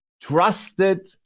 trusted